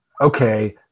okay